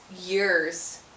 years